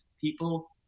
people